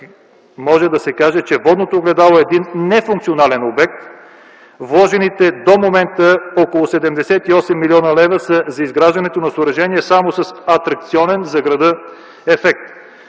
Може да се каже, че „Водното огледало” е един нефункционален обект, а вложените до момента около 78 млн. лв. са за изграждането на съоръжения само с атракционен за града ефект.